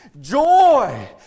joy